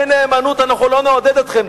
אין נאמנות, אנחנו לא נעודד אתכם.